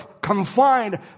confined